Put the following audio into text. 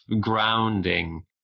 grounding